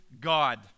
God